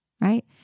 Right